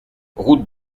route